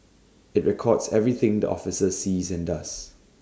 IT records everything the officer sees and does